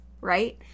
right